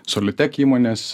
solitek įmonės